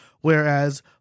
whereas